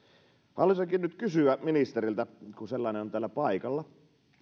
haluaisinkin nyt kysyä ministeriltä kun sellainen on täällä paikalla